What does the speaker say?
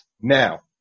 Now